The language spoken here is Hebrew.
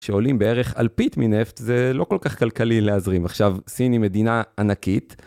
שעולים בערך אלפית מנפט, זה לא כל כך כלכלי להזרים. עכשיו, סין היא מדינה ענקית.